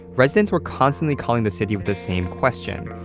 residents were constantly calling the city with the same question,